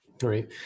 Great